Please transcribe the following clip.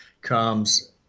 comes